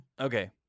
Okay